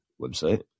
website